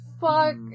fuck